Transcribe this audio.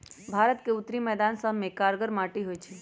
भारत के उत्तरी मैदान सभमें कछार माटि होइ छइ